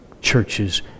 churches